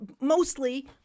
Mostly